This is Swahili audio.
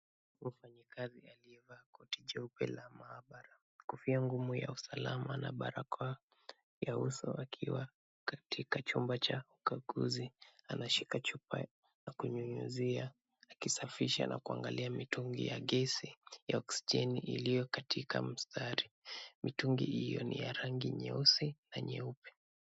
Mfanyikazi aliyevaa koti jeupe la maabara, kofia ngumu ya usalama na barakoa ya uso akiwa katika chumba cha ukaguzi. Anashika chupa na kunyunyizia akisafisha na kuangalia mitungi ya gesi ya oksijeni iliyo katika mstari. Mitungi hiyo ni ya rangi nyeusi na nyeupe .